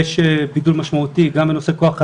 יש בידול משמעותי גם בנושא כוח אדם,